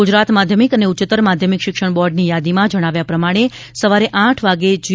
ગુજરાત માધ્યમિક અને ઉચ્ચત્તર માધ્યમિક શિક્ષણ બોર્ડની યાદીમાં જણાવ્યા પ્રમાણે સવારે આઠ વાગ્યે જી